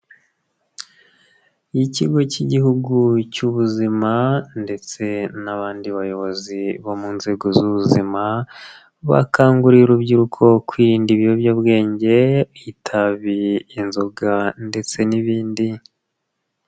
Ikigo cy'Igihugu cy'Ubuzima ndetse n'abandi bayobozi bo mu nzego z'ubuzima, bakanguriye urubyiruko kwirinda ibiyobyabwenge, itabi, inzoga ndetse n'ibindi.